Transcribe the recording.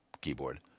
keyboard